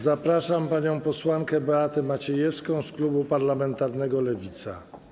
Zapraszam panią posłankę Beatę Maciejewską z klubu parlamentarnego Lewica.